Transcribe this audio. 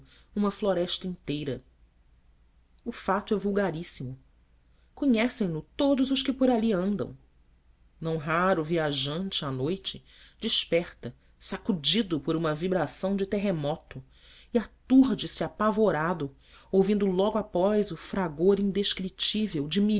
uma floresta inteira o fato é vulgaríssimo conhecem no todos os que por ali andam não raro o viajante à noite desperta sacudido por uma vibração de terremoto e aturde se apavorado ouvindo logo após o fragor indescritível de